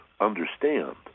understand